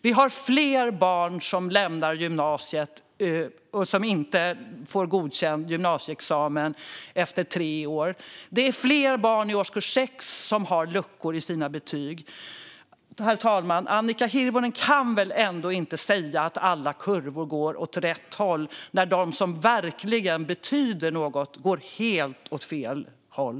Vi har fler barn som lämnar gymnasiet utan godkänd gymnasieexamen efter tre år. Det är fler barn i årskurs 6 som har luckor i sina betyg. Herr talman! Annika Hirvonen kan väl ändå inte säga att alla kurvor går åt rätt håll när de som verkligen betyder något går helt åt fel håll?